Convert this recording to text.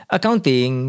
Accounting